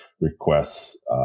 requests